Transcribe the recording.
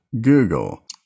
Google